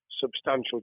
substantial